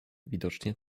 widocznie